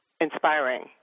inspiring